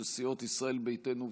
של סיעות ישראל ביתנו וימינה.